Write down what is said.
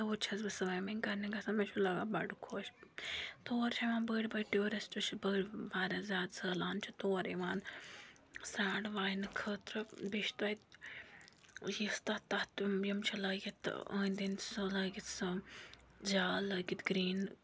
توٗرۍ چھَس بہٕ سویمِنٛگ کَرنہِ گژھان مےٚ چھُ لَگان بَڑٕ خۄش تور چھِ یِوان بٔڑۍ بٔڑۍ ٹیوٗرِسٹ چھِ بٔڑۍ واریاہ زیادٕ سٲلان چھِ تور یِوان سرانٛڈ واینہٕ خٲطرٕ بیٚیہِ چھِ تَتہِ یُس تَتھ تَتھ یِم چھِ لٲگِتھ أنٛدۍ أنٛدۍ سُہ لٲگِتھ سُہ جال لٲگِتھ گریٖن